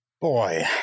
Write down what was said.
Boy